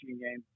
game